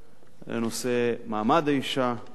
לנושא מעמד האשה,